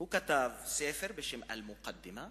הוא כתב ספר בשם "אל-מוקדמה",